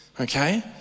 okay